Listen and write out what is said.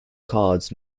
cards